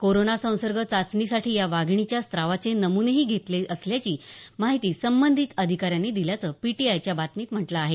corona संसर्ग चाचणीसाठी या वाघिणीच्या स्रावाचे नम्नेही घेतले असल्याची माहिती संबंधित अधिकाऱ्यांनी दिल्याचं पीटीआयच्या बातमीत म्हटलं आहे